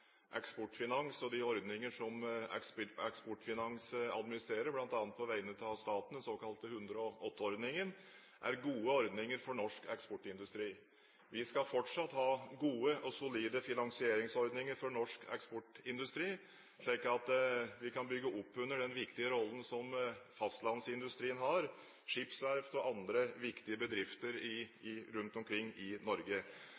Eksportfinans og de ordninger som Eksportfinans administrerer, bl.a. på vegne av staten – den såkalte 108-ordningen – er gode ordninger for norsk eksportindustri. Vi skal fortsatt ha gode og solide finansieringsordninger for norsk eksportindustri, slik at vi kan bygge opp under den viktige rollen som fastlandsindustrien har – skipsverft og andre viktige bedrifter rundt omkring i Norge.